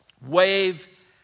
Wave